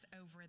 over